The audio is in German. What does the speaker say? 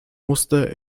musste